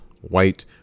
white